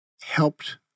helped